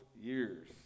years